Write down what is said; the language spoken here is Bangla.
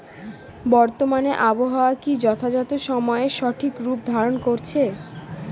বর্তমানে আবহাওয়া কি যথাযথ সময়ে সঠিক রূপ ধারণ করছে?